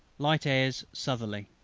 light airs southerly.